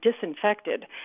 disinfected